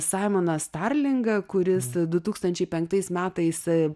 saimaną starlingą kuris du tūkstančiai penktais metais